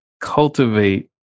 cultivate